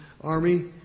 army